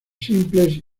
simples